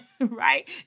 right